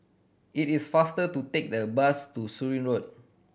it is faster to take the bus to Surin Road